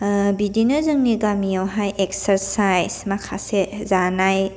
बिदिनो जोंनि गामियावहाय इएकसार्जसाइज माखासे जानाय